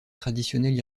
traditionnelle